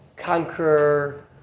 conquer